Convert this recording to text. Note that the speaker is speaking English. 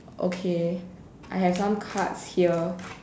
okay I have some cards here